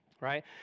right